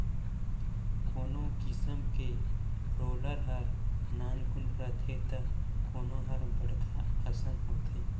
कोनो किसम के रोलर हर नानकुन रथे त कोनो हर बड़खा असन होथे